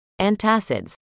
Antacids